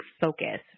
focus